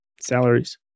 salaries